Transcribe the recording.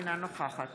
אינה נוכחת